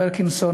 פרקינסון,